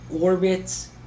orbits